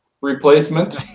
replacement